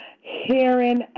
hearing